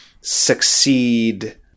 succeed –